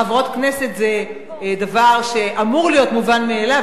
חברות כנסת זה דבר שאמור להיות מובן מאליו,